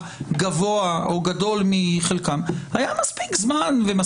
היה דיון על הגבול של רק קבלת מידע ולא הבעת